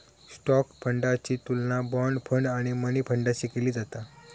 stock फंडाची तुलना bond fund आणि मनी फंडाशी केली जाता